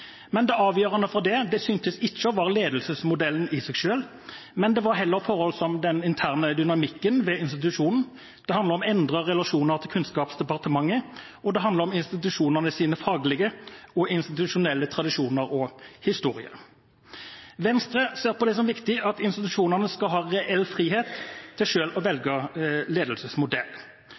Det avgjørende syntes ikke å være ledelsesmodellen i seg selv, men heller forhold som intern dynamikk ved institusjonene. Det handler om endrede relasjoner til Kunnskapsdepartementet og om institusjonenes faglige og institusjonelle tradisjoner og historie. Venstre ser på det som viktig at institusjonene skal ha reell frihet til selv å velge ledelsesmodell.